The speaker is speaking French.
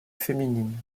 féminine